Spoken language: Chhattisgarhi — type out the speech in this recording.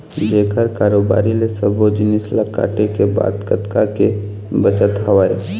जेखर कारोबारी ले सब्बो जिनिस ल काटे के बाद कतका के बचत हवय